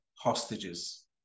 hostages